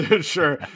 Sure